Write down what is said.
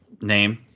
name